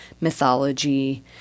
mythology